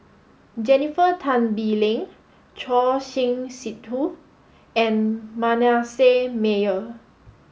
Jennifer Tan Bee Leng Choor Singh Sidhu and Manasseh Meyer